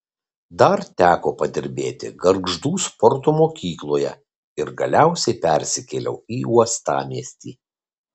dar teko padirbėti gargždų sporto mokykloje ir galiausiai persikėliau į uostamiestį